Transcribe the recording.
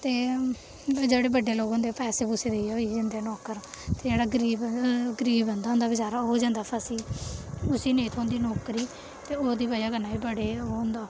ते जेह्ड़े बड्डे लोक होंदे पैसे पूसे देइयै होई बी जंदे न नौकर ते जेह्ड़ा गरीब गरीब बंदा होंदा बचैरा जंदा फस्सी उस्सी नेईं थोंह्दी नौकरी ते ओह् दी बजह कन्नै बी बड़े ओह् होंदा